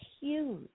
huge